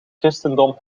christendom